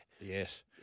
Yes